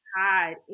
hide